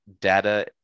data